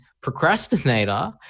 procrastinator